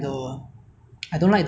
it's very affordable and very nice